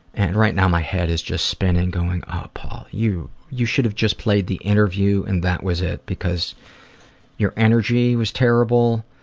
and right now my head is just spinning, going ah paul you you should have just played the interview and that was it because your energy was terrible.